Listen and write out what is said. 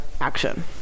action